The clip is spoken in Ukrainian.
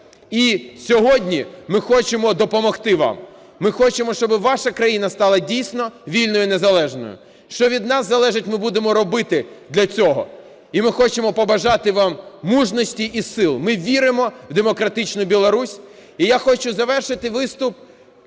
І сьогодні ми хочемо допомогти вам. Ми хочемо, щоби ваша країна стала, дійсно, вільною і незалежною. Що він нас залежить, ми будемо робити для цього, і ми хочемо побажати вам мужності і сил. Ми віримо в демократичну Білорусь. І я хочу завершити виступ